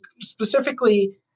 specifically